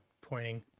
pointing